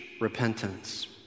repentance